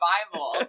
Bible